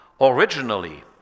originally